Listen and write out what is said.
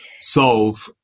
solve